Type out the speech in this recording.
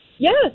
Yes